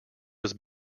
was